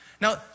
Now